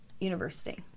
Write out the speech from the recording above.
University